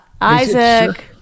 Isaac